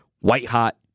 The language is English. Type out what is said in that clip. white-hot